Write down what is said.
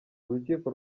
urukiko